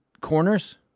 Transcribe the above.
corners